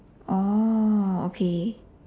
oh okay